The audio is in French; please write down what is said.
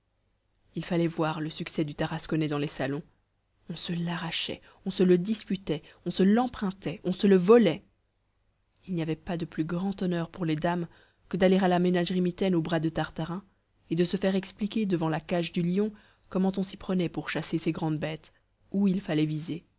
il fallait voir le succès du tarasconnais dans les salons on se l'arrachait on se le disputait on se l'empruntait on se le volait il n'y avait pas de plus grand honneur pour les dames que d'aller à la ménagerie mitaine au bras de tartarin et de se faire expliquer devant la cage du lion comment on s'y prenait pour chasser ces grandes bêtes où il fallait viser